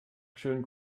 schönen